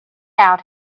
out